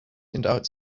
endowed